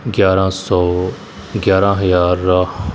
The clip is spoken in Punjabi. ਗਿਆਰਾਂ ਸੌ ਗਿਆਰਾਂ ਹਜ਼ਾਰ